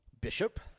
Bishop